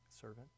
servant